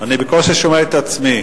אני בקושי שומע את עצמי,